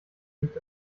liegt